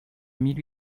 mille